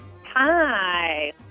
Hi